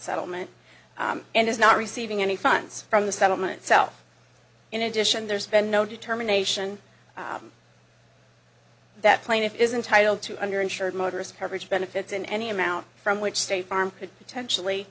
settlement and is not receiving any funds from the settlement self in addition there's been no determination that plaintiff isn't title to under insured motorists coverage benefits in any amount from which state farm could potentially